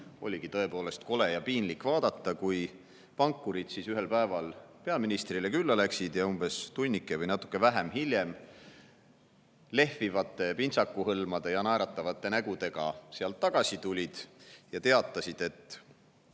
oli tõepoolest kole ja piinlik vaadata, kui pankurid ühel päeval peaministrile külla läksid ja umbes tunnike või natuke vähem [aega] hiljem lehvivate pintsakuhõlmade ja naeratavate nägudega sealt tagasi tulid ja teatasid, et